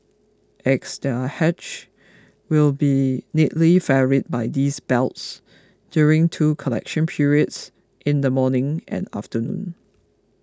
eggs that are hatched will be neatly ferried by these belts during two collection periods in the morning and afternoon